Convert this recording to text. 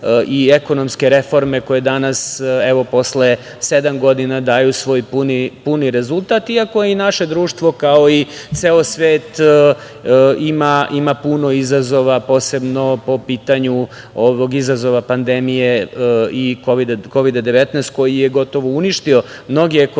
i ekonomske reforme koje danas, evo posle sedam godina, daju svoj puni rezultat, iako je i naše društvo, kao i ceo svet ima puno izazova, posebno po pitanju ovog izazova pandemije Kovida 19 koji je gotovo uništio mnoge ekonomije